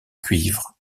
cuivre